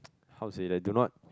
how to say like do not